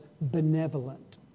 benevolent